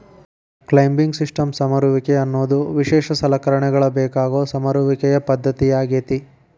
climbing systems ಸಮರುವಿಕೆ ಅನ್ನೋದು ವಿಶೇಷ ಸಲಕರಣೆಗಳ ಬೇಕಾಗೋ ಸಮರುವಿಕೆಯ ಪದ್ದತಿಯಾಗೇತಿ